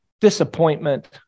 disappointment